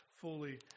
fully